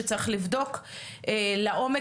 צריך להקים מוקד שם, בשפה הערבית.